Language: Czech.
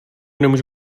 nemůže